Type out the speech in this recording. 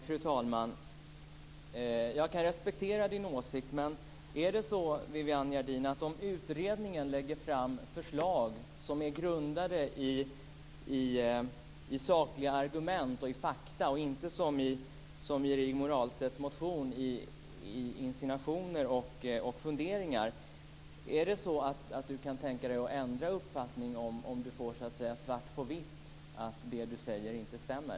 Fru talman! Jag kan respektera Viviann Gerdins åsikt, men om utredningen lägger fram förslag som är grundade på sakliga argument och fakta och inte som i Rigmor Ahlstedts motion på insinuationer och funderingar, kan hon då tänka sig att ändra uppfattning om hon får så att säga svart på vitt att det hon säger inte stämmer?